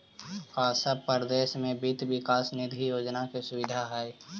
का सब परदेश में वित्त विकास निधि योजना के सुबिधा हई?